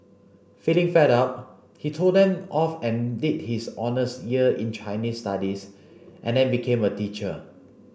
feeling fed up he told them off and did his honours year in Chinese Studies and then became a teacher